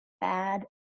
bad